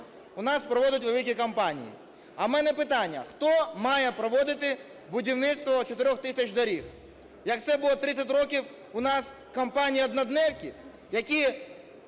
у нас проводять великі компанії. А у мене питання: хто має проводити будівництво 4 тисяч доріг? Як це було 30 років, у нас компанії-однодневки, які